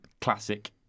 classic